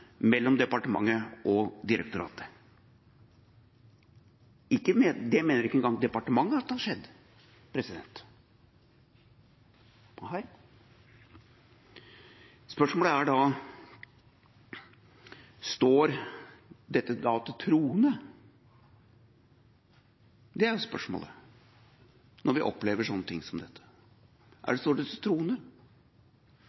mellom departementet og direktoratet. Ikke engang departementet mener at det har skjedd. Spørsmålet er: Står dette da til troende? Det er spørsmålet når vi opplever slike ting som dette